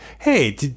Hey